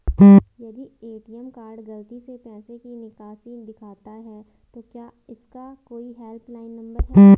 यदि ATM card गलती से पैसे की निकासी दिखाता है तो क्या इसका कोई हेल्प लाइन नम्बर है?